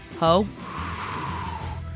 Ho